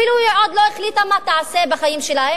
היא אפילו עוד לא החליטה מה תעשה בחיים שלה,